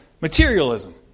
materialism